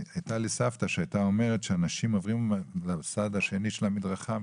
הייתה לי סבתא שהייתה אומרת שאנשים עוברים לצד השני של המדרכה מרחמנות,